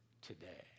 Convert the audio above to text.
today